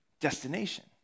destination